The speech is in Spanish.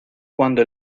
cuando